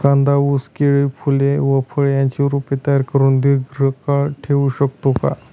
कांदा, ऊस, केळी, फूले व फळे यांची रोपे तयार करुन दिर्घकाळ ठेवू शकतो का?